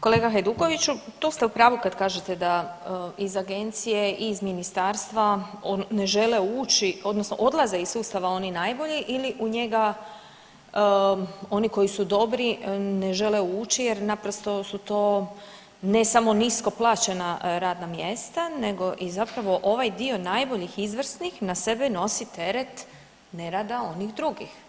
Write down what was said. Kolega Hajdukoviću, tu ste u pravu kad kažete da iz Agencije i iz Ministarstva ne žele ući, odnosno odlaze iz sustava oni najbolji ili u njega oni koji su dobri ne žele ući jer naprosto su to, ne samo nisko plaćena radna mjesta, nego i zapravo ovaj dio najboljih, izvrsnih na sebe nosi teret nerada onih drugih.